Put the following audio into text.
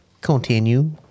Continue